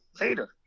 later